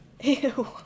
Ew